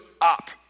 up